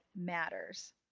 matters